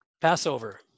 Passover